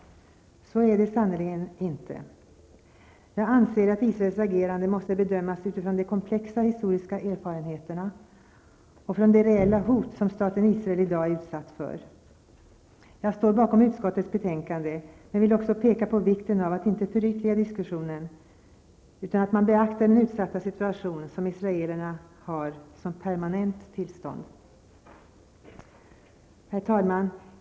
Så är det sannerligen inte. Jag anser att Israels agerande måste bedömas utifrån de komplexa historiska erfarenheterna och från det reella hot som staten Israel i dag är utsatt för. Jag står bakom utskottets betänkande, men jag vill också peka på vikten av att inte förytliga diskussionen, utan att man beaktar den utsatta situation som israelerna har som permanent tillstånd. Herr talman!